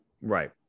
Right